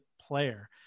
player